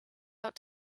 out